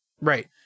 right